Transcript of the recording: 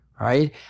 right